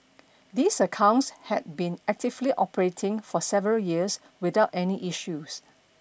these accounts had been actively operating for several years without any issues